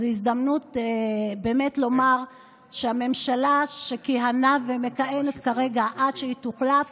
זו הזדמנות באמת לומר שהממשלה שכיהנה ומכהנת כרגע עד שהיא תוחלף